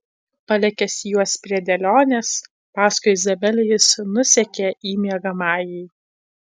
palikęs juos prie dėlionės paskui izabelę jis nusekė į miegamąjį